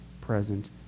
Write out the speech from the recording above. present